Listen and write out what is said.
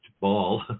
ball